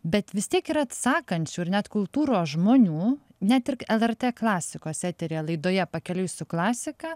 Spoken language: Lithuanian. bet vis tiek yra sakančių ir net kultūros žmonių net ir lrt klasikos eteryje laidoje pakeliui su klasika